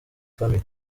family